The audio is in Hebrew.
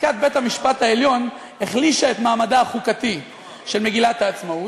פסיקת בית-המשפט העליון החלישה את מעמדה החוקתי של מגילת העצמאות,